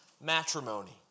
matrimony